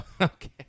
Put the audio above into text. Okay